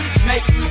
snakes